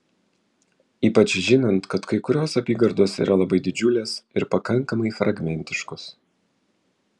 ypač žinant kad kai kurios apygardos yra labai didžiulės ir pakankamai fragmentiškos